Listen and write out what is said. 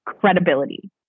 Credibility